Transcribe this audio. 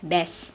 best